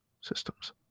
systems